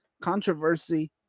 controversy